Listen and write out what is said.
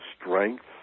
strength